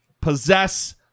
possess